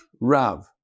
Rav